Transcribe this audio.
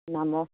নামৰ